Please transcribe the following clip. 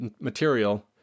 material